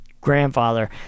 grandfather